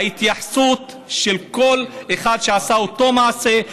וההתייחסות לכל אחד שעשה אותו מעשה,